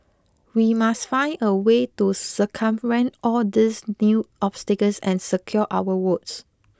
we must find a way to circumvent all these new obstacles and secure our votes